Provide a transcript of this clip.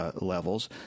levels—